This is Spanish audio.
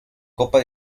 copa